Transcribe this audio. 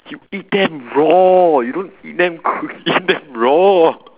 you eat them raw you don't eat them cooked you eat them raw